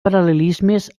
paral·lelismes